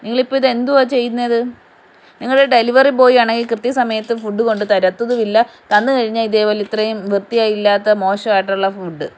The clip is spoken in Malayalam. നിങ്ങൾ ഇപ്പം ഇത് എന്താണ് ചെയ്യുന്നത് നിങ്ങളുടെ ഡെലിവറി ബോയ് ആണെങ്കിൽ കൃത്യസമയത്ത് ഫുഡ് കൊണ്ട് തരത്തും ഇല്ല തന്നു കഴിഞ്ഞാൽ ഇതുപോലെ ഇത്രയും വൃത്തിയില്ലാത്ത മോശമായിട്ടുള്ള ഫുഡ്